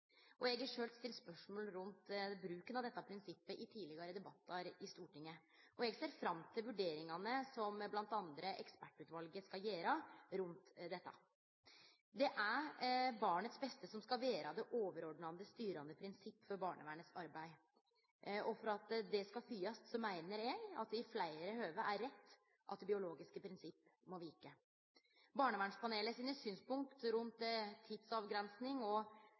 prinsippet. Eg har sjølv stilt spørsmål rundt bruken av dette prinsippet i tidlegare debattar i Stortinget, og eg ser fram til vurderingane som bl.a. Ekspertutvalet skal gjere rundt dette. Det er barnets beste som skal vere det overordna, styrande prinsippet for barnevernet sitt arbeid, og for at det skal følgjast, meiner eg at det i fleire høve er rett at det biologiske prinsippet må vike. Barnevernpanelet sine synspunkt rundt tidsavgrensing og